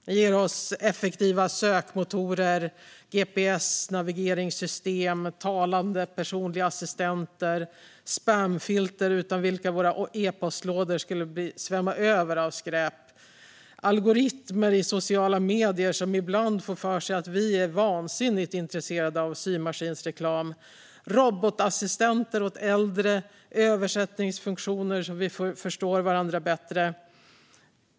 Den ger oss effektiva sökmotorer, GPS, det vill säga navigeringssystem, talande personliga assistenter och spamfilter utan vilka våra e-postlådor skulle svämma över av skräp. Det är vidare algoritmer i våra sociala medier, som ibland får för sig att vi är vansinnigt intresserade av symaskinsreklam, robotassistenter åt äldre och översättningsfunktioner så att vi kan förstå varandra bättre.